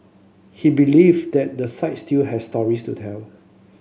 he believe that the site still have stories to tell